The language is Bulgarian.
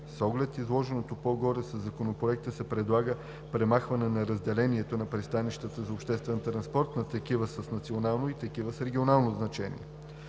С оглед изложеното по-горе със Законопроекта се предлага премахване на разделението на пристанищата за обществен транспорт на такива с национално и такива с регионално значение.